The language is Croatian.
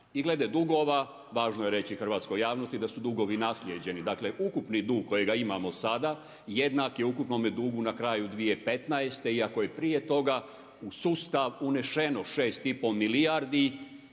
I glede dugova, važno je reći hrvatskoj javnosti da su dugovi naslijeđeni. Dakle ukupni dug kojega imamo sada, jednak je ukupnome dugu na kraju 2015. iako je prije toga u sustav uneseno 6 i pol milijardi